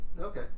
Okay